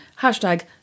hashtag